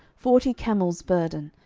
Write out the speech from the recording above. forty camels' burden,